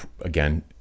again